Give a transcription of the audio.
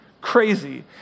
Crazy